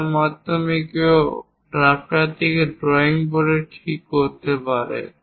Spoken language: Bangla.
যার মাধ্যমে কেউ ড্রাফটারটিকে ড্রয়িং বোর্ডে ঠিক করতে পারে